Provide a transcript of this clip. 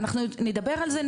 אנחנו נדבר על זה,